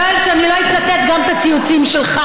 יואל, שאני לא אצטט גם את הציוצים שלך.